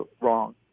wrong